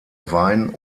wein